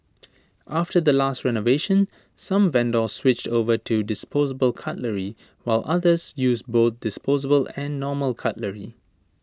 after the last renovation some vendors switched over to disposable cutlery while others use both disposable and normal cutlery